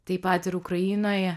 taip pat ir ukrainoje